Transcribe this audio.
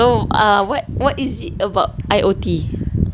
so ah what what is it about I_O_T